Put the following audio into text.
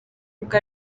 ubwo